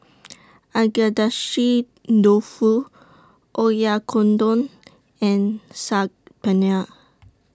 Agedashi Dofu Oyakodon and Saag Paneer